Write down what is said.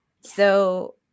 So-